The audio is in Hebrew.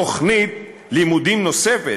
תוכנית לימודים נוספת,